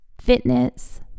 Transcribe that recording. Fitness